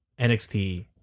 NXT